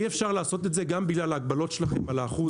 אי אפשר לעשות את זה גם בגלל ההגבלות שלכם על האחוז